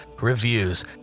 reviews